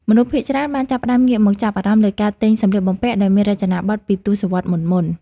មនុស្សភាគច្រើនបានចាប់ផ្តើមងាកមកចាប់អារម្មណ៍លើការទិញសម្លៀកបំពាក់ដែលមានរចនាប័ទ្មពីទសវត្សរ៍មុនៗ។